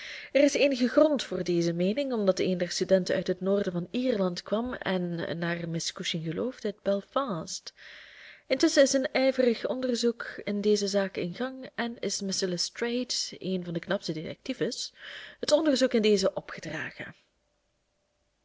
er is eenige grond voor deze meening omdat een der studenten uit het noorden van ierland kwam en naar miss cushing gelooft uit belfast intusschen is een ijverig onderzoek in deze zaak in gang en is mr lestrade een van de knapste detectives het onderzoek in dezen opgedragen